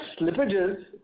slippages